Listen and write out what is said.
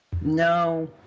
no